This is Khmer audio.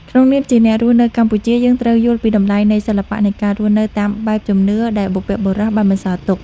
ក្នុងនាមជាអ្នករស់នៅកម្ពុជាយើងត្រូវយល់ពីតម្លៃនៃសិល្បៈនៃការរស់នៅតាមបែបជំនឿដែលបុព្វបុរសបានបន្សល់ទុក។